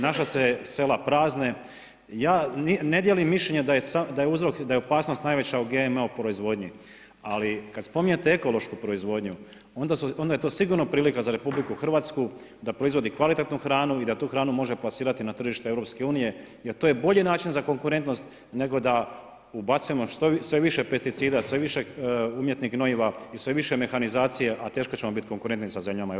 Naša se sela prazne, ja ne dijelim mišljenje da je uzrok da je opasnost najveća u GMO proizvodnji, ali kada spominjete ekološku proizvodnju onda je to sigurno prilika za RH da proizvodi kvalitetnu hranu i da tu hranu može plasirati na tržište EU jer to je bolji način za konkurentnost nego da ubacujemo sve više pesticida, sve više umjetnih gnojiva i sve više mehanizacije, a teško ćemo biti konkurentni sa zemljama EU.